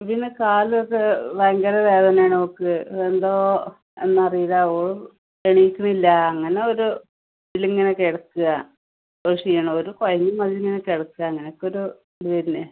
പിന്നെ കാലമൊക്കെ ഭയങ്കര വേദനയാണവക്ക് എന്തോ എന്നറീല്ല ഓൾ എണീക്കണില്ല അങ്ങനെ ഒരു ഇല്ലിങ്ങനെ കൊടുക്കുക ഒരു ക്ഷീണം ഒരു പനി മാതിരി ഇങ്ങനെ കിടക്കാണ് എനിക്കൊരു ഇതന്നെ